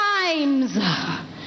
times